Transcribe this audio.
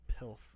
pilf